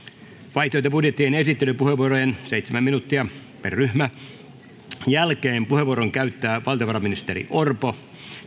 vaihtoehtobudjettien esittelypuheenvuorojen seitsemän minuuttia per eduskuntaryhmä jälkeen puheenvuoron käyttää valtiovarainministeri orpo